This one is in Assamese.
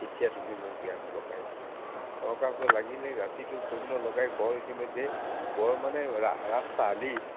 তেতিয়া তুমি মোক বিয়া কৰিব পাৰিবা নৰকাসুৰে লাগিলেই ৰাতিটোৰ ভিতৰতে সৈন্য লগাই ইতিমধ্যে গড় মানে ৰাস্তা আলি